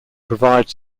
provide